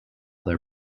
their